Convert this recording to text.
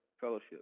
fellowship